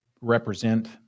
represent